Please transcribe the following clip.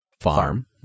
farm